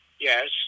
Yes